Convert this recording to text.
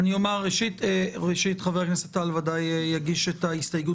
אני חושב שכולנו בתקופת הקורונה דאגנו מה יקרה באותן רשויות